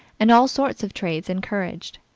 and all sorts of trades encouraged.